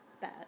bad